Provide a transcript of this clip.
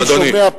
אני שומע,